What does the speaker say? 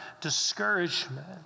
discouragement